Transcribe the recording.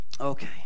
Okay